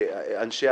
אנשי